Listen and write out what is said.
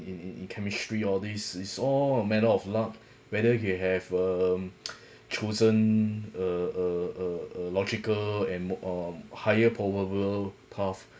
in in in chemistry all these is all a matter of luck whether you have um chosen a a a a logical and m~ um higher probable path